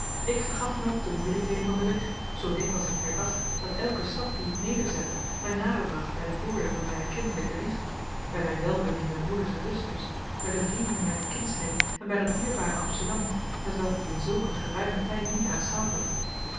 ik vergat dan ook de moeielijkheden van den weg zoo dikwijls ik herdacht dat elke stap dien ik nederzette mij nader bracht bij de voorwerpen mijner kinderlijke liefde bij mijn welbeminde broeders en zusters bij de vrienden mijner kindsheid en bij dat dierbare amsterdam hetwelk ik in zulk een geruimen tijd niet aanschouwd had